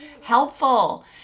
helpful